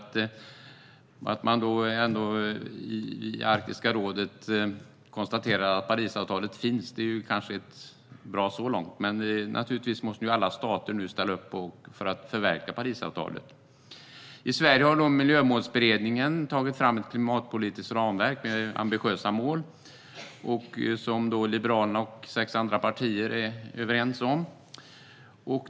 Att man i Arktiska rådet konstaterar att Parisavtalet finns är kanske bra så långt, men naturligtvis måste alla stater nu ställa upp för att förverkliga Parisavtalet. I Sverige har Miljömålsberedningen tagit fram ett klimatpolitiskt ramverk med ambitiösa mål som Liberalerna och sex andra partier är överens om.